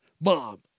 Mom